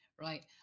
right